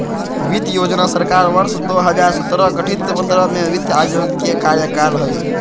वित्त योजना सरकार वर्ष दो हजार सत्रह गठित पंद्रह में वित्त आयोग के कार्यकाल हइ